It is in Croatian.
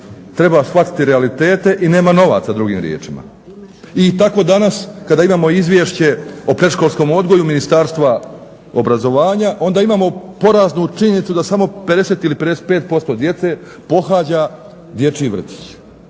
treba shvatiti realitete i nema novaca drugim riječima. I tako danas kada imamo izvješće o predškolskom odgoju Ministarstva obrazovanja onda imamo poraznu činjenicu da samo 50 ili 55% djece pohađa dječji vrtić.